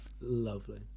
Lovely